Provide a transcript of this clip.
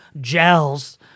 gels